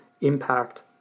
impact